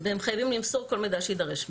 והם חייבים למסור כל מידע שיידרש מהם.